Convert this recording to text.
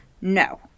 No